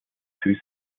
two